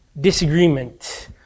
Disagreement